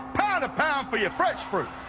pound a pound for your freesh fruit.